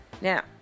Now